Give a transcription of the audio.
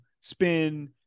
spin